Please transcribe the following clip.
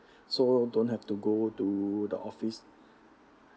so don't have to go to the office